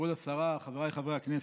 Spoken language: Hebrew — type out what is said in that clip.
כבוד השרה, חבריי חברי הכנסת,